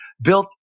built